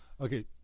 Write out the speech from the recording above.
Okay